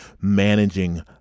managing